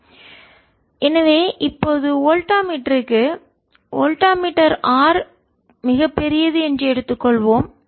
V1 6021R10 எனவே இப்போது வோல்டா மீட்டருக்கு வோல்டா மீட்டர் R மிகப் பெரியது என்று எடுத்துக் கொள்வோம்